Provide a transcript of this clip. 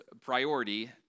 priority